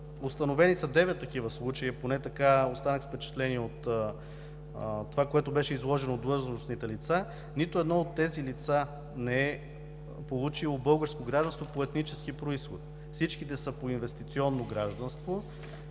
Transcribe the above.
установени са девет такива случаи – поне така останах с впечатление от това, което беше изложено от длъжностните лица, нито едно от тези лица не е получило българско гражданство по етнически произход, всичките са по инвестиционно гражданство.